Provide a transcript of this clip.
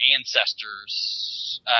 ancestors